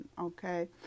okay